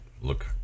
look